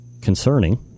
concerning